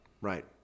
Right